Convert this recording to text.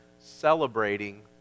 celebrating